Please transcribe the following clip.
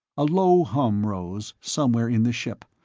a low hum rose, somewhere in the ship,